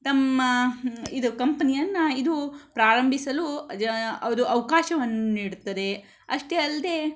ತಮ್ಮ ಇದು ಕಂಪ್ನಿಯನ್ನ ಇದು ಪ್ರಾರಂಭಿಸಲು ಅದು ಅವ್ಕಾಶವನ್ನು ನೀಡುತ್ತದೆ ಅಷ್ಟೇ ಅಲ್ಲದೆ